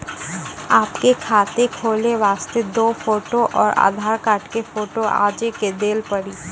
आपके खाते खोले वास्ते दु फोटो और आधार कार्ड के फोटो आजे के देल पड़ी?